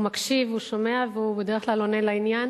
הוא מקשיב, הוא שומע, והוא בדרך כלל עונה לעניין,